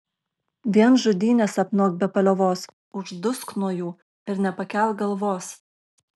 vien žudynes sapnuok be paliovos uždusk nuo jų ir nepakelk galvos